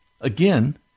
Again